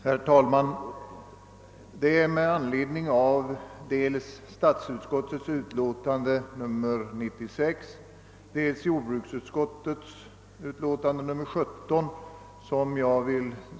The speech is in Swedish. Herr talman! Jag vill säga några ord med anledning av dels statsutskottets utlåtande nr 96, dels jordbruksutskottets utlåtande nr 17.